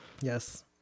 Yes